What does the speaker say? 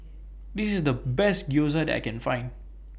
This IS The Best Gyoza I Can Find